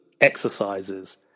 exercises